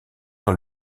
dans